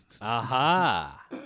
Aha